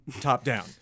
top-down